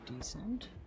Decent